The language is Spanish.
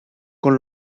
con